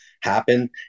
happen